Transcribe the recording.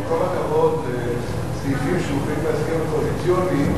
עם כל הכבוד לסעיפים שמפנים להסכם הקואליציוני,